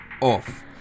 off